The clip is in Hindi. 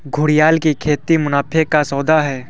घड़ियाल की खेती मुनाफे का सौदा है